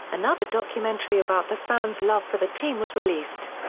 another documentary about the fan's love for the team was released.